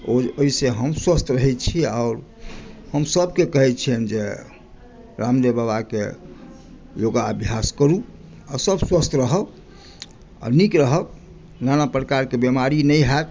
ओहिसँ हम स्वस्थ रहैत छी आओर हम सभके कहैत छियनि जे रामदेव बाबाके योगाभ्यास करू आ सभ स्वस्थ रहब आ नीक रहब नाना प्रकारके बीमारी नहि हैत